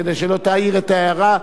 כדי שלא תעיר את ההערה,